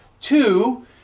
two